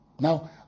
now